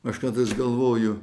aš kartais galvoju